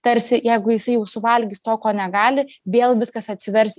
tarsi jeigu jisai jau suvalgys to ko negali vėl viskas atsivers